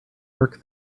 work